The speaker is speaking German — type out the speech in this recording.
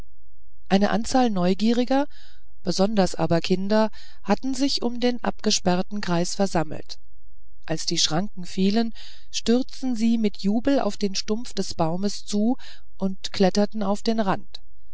eine anzahl neugieriger besonders aber kinder hatten sich um den abgesperrten kreis gesammelt als die schranken fielen stürzten sie mit jubel auf den stumpf des baumes zu und kletterten auf den rand